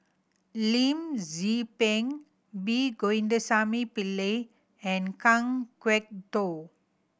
Lim Tze Peng P Govindasamy Pillai and Kan Kwok Toh